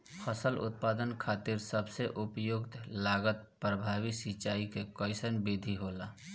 फसल उत्पादन खातिर सबसे उपयुक्त लागत प्रभावी सिंचाई के कइसन विधि होला?